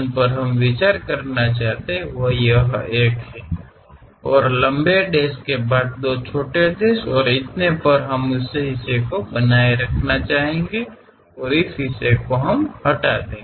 ಮತ್ತು ನಾವು ಪರಿಗಣಿಸಲು ಬಯಸುವ ವಿಭಾಗ ಇದು ಮತ್ತು ಲಾಂಗ್ ಡ್ಯಾಶ್ ನಂತರ ಎರಡು ಸಣ್ಣ ಡ್ಯಾಶ್ಗಳು ಇರುತ್ತವೆ ಮತ್ತು ನಾವು ಆ ಭಾಗವನ್ನು ಉಳಿಸಿಕೊಳ್ಳಲು ಮತ್ತು ಈ ಭಾಗವನ್ನು ತೆಗೆದುಹಾಕಲು ಬಯಸುತ್ತೇವೆ